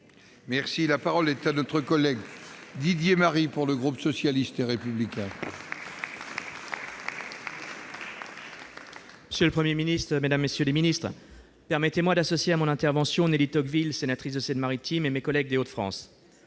! La parole est à M. Didier Marie, pour le groupe socialiste et républicain. Monsieur le Premier ministre, mesdames, messieurs les ministres, permettez-moi d'associer à mon intervention Nelly Tocqueville, sénatrice de Seine-Maritime, et mes collègues des Hauts-de-France.